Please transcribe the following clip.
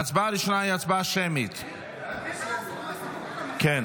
הצבעה שמית על